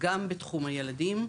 גם בתחום הילדים.